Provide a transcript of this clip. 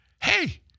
hey